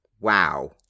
Wow